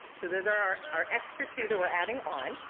so those are our extra two that we're adding on.